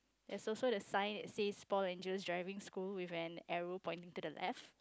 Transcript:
there is also the sign says four angels driving school with an arrow pointing at F